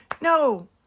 No